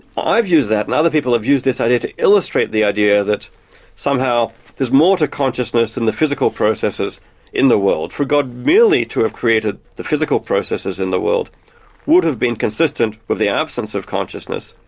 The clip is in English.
i've used that, and other people have used this idea to illustrate the idea that somehow there's more to consciousness than the physical processes in the world. for god merely to have created the physical processes in the world would have been consistent with the absence of consciousness.